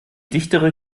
dichtere